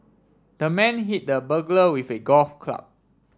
the man hit the burglar with a golf club